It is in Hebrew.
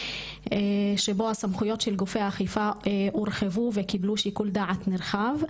שבו הסמכויות של גופי האכיפה הורחבו וקיבלו שיקול דעת נרחב,